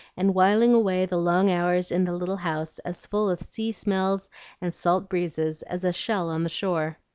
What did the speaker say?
and whiling away the long hours in the little house as full of sea smells and salt breezes as a shell on the shore.